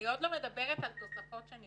אני לא מדברת עדיין על התוספות הנדרשות.